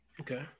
Okay